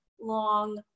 long